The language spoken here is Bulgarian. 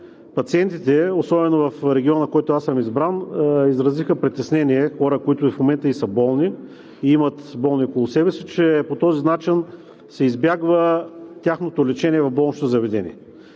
Пациентите, особено в региона, от който аз съм избран, изразиха притеснение хора, които и в момента са болни и имат болни около себе си, че по този начин се избягва тяхното лечение в болнично заведение.